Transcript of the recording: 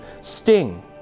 Sting